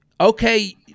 Okay